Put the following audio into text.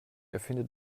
erfinde